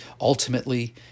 Ultimately